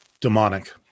demonic